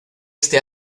este